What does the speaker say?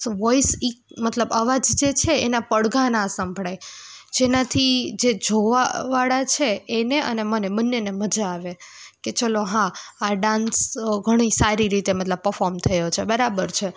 voice ઇક મતલબ અવાજ જે છે એના પડઘા ન સંભળાય જેનાથી જે જોવાવાળા છે એને અને મને બંનેને મજા આવે કે ચલો હા આ ડાન્સ ઘણી સારી રીતે મતલબ પરફોર્મ થયો છે બરાબર છે